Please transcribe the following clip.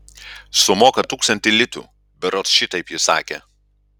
sumoka tūkstantį litų berods šitaip ji sakė